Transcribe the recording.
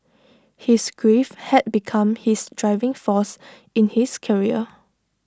his grief had become his driving force in his career